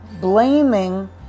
blaming